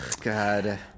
God